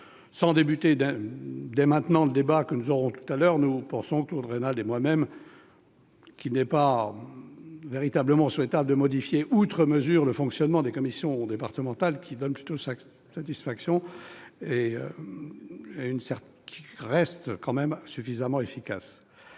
Sans entamer dès maintenant le débat que nous aurons tout à l'heure, nous pensons, Claude Raynal et moi-même, qu'il n'est pas véritablement souhaitable de modifier outre mesure le fonctionnement des commissions départementales, qui donnent plutôt satisfaction et restent suffisamment efficaces.